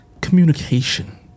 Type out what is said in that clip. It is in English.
communication